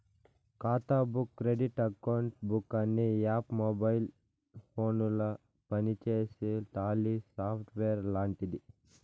ఖాతా book credit account book అనే app mobile ఫోనుల పనిచేసే టాలీ సాఫ్ట్వేర్ లాంటిది